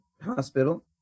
Hospital